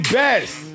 best